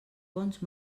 bons